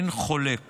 אין חולק